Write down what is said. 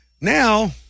Now